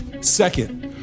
Second